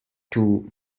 too